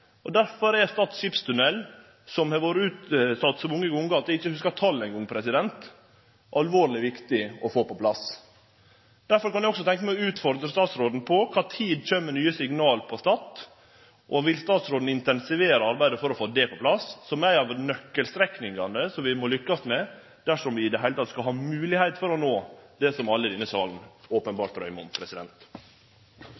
Derfor er Stad skipstunnel – som har vore utsett så mange gonger at eg ikkje hugsar talet – alvorleg viktig å få på plass. Derfor kan eg tenkje meg å utfordre statsråden: Når kjem det nye signal med tanke på Stad skipstunnel, og vil statsråden intensivere arbeidet for å få det på plass? Det er ei av nøkkelstrekningane som vi må lykkast med om vi i det heile skal ha moglegheit til å oppnå det som alle i denne salen